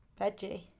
veggie